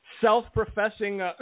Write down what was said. self-professing